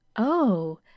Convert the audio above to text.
Oh